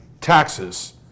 taxes